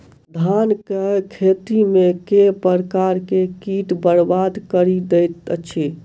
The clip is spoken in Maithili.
धान केँ खेती मे केँ प्रकार केँ कीट बरबाद कड़ी दैत अछि?